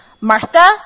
Martha